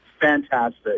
Fantastic